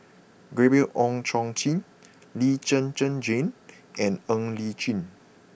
Gabriel Oon Chong Jin Lee Zhen Zhen Jane and Ng Li Chin